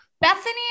Bethany